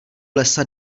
lesa